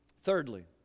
Thirdly